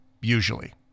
Usually